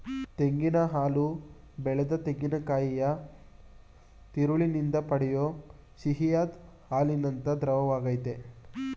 ತೆಂಗಿನ ಹಾಲು ಬೆಳೆದ ತೆಂಗಿನಕಾಯಿಯ ತಿರುಳಿನಿಂದ ಪಡೆಯೋ ಸಿಹಿಯಾದ್ ಹಾಲಿನಂಥ ದ್ರವವಾಗಯ್ತೆ